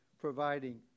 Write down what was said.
providing